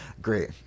Great